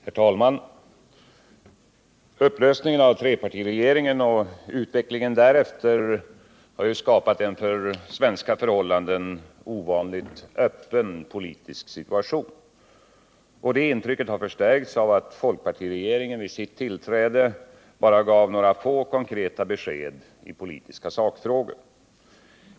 Herr talman! Upplösningen av trepartiregeringen och utvecklingen därefter har skapat en för svenska förhållanden ovanligt öppen politisk situation. Det intrycket har förstärkts av att folkpartiregeringen vid sitt tillträde bara gav några få konkreta besked i politiska sakfrågor.